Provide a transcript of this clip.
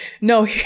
No